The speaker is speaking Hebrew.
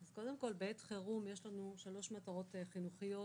בעת חירום יש לנו שלוש מטרות חינוכיות,